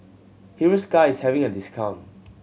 Hiruscar is having a discount